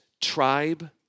tribe